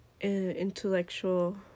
intellectual